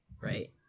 right